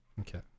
Okay